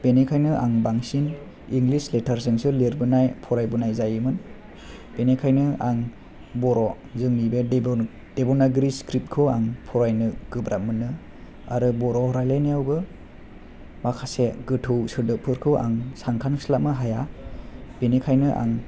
बेनि खायनो आं बांसिन इंलिस लेथार जोंसो लिरबोनाय फरायबोनाय जायोमोन बेनिखायनो आं बर' जोंनि बे देबानागिरि स्क्रिप्ट खौ आं फरायनो गोब्राब मोनो आरो बर' रायलायनायावबो माखासे गोथौ सोदोबफोरखौ आं सानखांस्लाबनो हाया बेनिखायनो आं